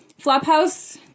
Flophouse